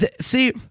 See